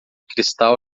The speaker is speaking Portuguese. cristal